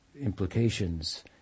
implications